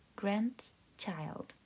grandchild